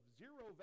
zero